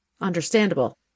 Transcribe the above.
understandable